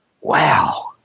Wow